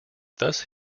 thus